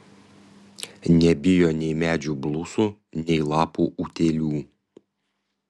nebijo nei medžių blusų nei lapų utėlių